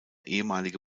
ehemalige